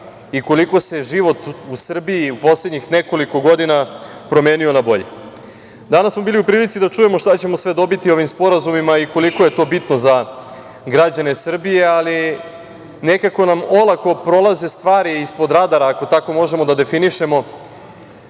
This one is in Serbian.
i koliko se život u Srbiji u poslednjih nekoliko godina promenio na bolje. Danas smo bili u prilici da čujemo šta ćemo sve dobiti ovim sporazumima i koliko je to bitno za građane Srbije, ali nekako nam olako prolaze stvari ispod radara, ako tako možemo da definišemo.